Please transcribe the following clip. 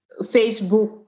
Facebook